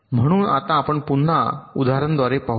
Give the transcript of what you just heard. म्हणून आता आपण पुन्हा उदाहरणाद्वारे पाहू